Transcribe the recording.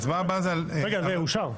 רגע, זה אושר.